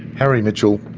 harry mitchell,